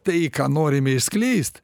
tai ką norime išskleist